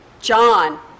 John